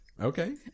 Okay